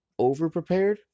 overprepared